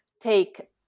take